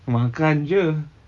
aku makan jer